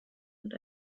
und